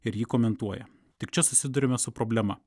ir jį komentuoja tik čia susiduriame su problema